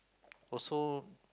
also